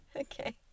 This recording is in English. Okay